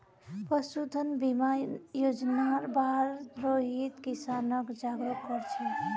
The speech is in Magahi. पशुधन बीमा योजनार बार रोहित किसानक जागरूक कर छेक